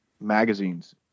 magazines